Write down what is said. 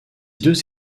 deux